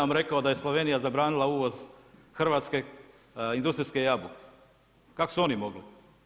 Ja sam vam rekao da je Slovenija zabranila uvoz hrvatske industrijske jabuke, kako su oni mogli?